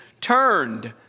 turned